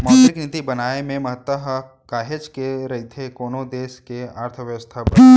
मौद्रिक नीति बनाए के महत्ता ह काहेच के रहिथे कोनो देस के अर्थबेवस्था बर